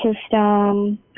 system